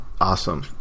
Awesome